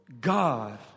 God